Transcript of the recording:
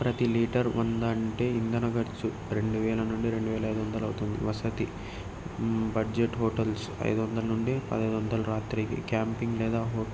ప్రతి లీటర్ వంద అంటే ఇంధన ఖర్చు రెండు వేల నుండి రెండు వేల ఐదొందలవుతుంది వసతి బడ్జెట్ హోటల్స్ ఐదు వందల నుండి పదిహేను వందలు రాత్రికి క్యాంపింగ్ లేదా